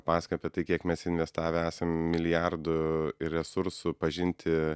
pasakoja apie tai kiek mes investavę esam milijardų ir resursų pažinti